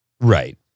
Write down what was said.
Right